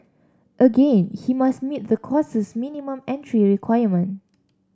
again he must meet the course's minimum entry requirement